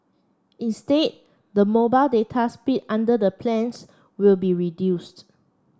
instead the mobile data speed under the plans will be reduced